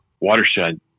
watershed